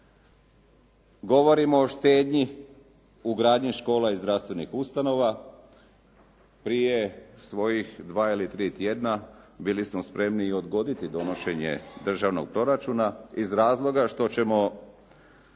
govorimo o štednji u gradnji škola i zdravstvenih ustanova. Prije svojih dva ili tri tjedna, bili smo spremni i odgoditi donošenje državnog proračuna iz razloga što ćemo